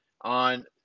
on